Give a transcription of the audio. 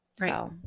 Right